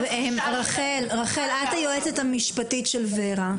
רחל, את היועצת המשפטית של ור"ה.